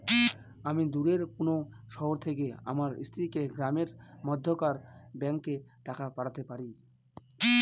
আমি দূরের কোনো শহর থেকে আমার স্ত্রীকে গ্রামের মধ্যেকার ব্যাংকে টাকা পাঠাতে পারি?